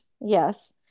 Yes